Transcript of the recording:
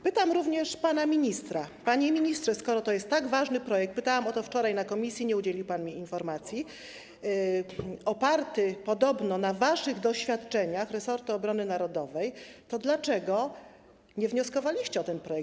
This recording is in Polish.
Pytam również pana ministra: Panie ministrze, skoro to jest tak ważny projekt - pytałam o to wczoraj na posiedzeniu komisji, nie udzielił mi pan informacji - oparty podobno na waszych doświadczeniach z resortu obrony narodowej, to dlaczego nie wnioskowaliście o ten projekt?